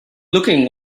looking